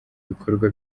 bikorwa